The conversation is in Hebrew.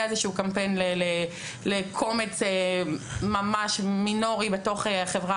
היה איזשהו קמפיין לקומץ ממש מינורי בתוך החברה